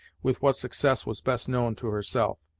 with what success was best known to herself,